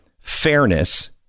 fairness